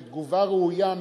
בתגובה ראויה,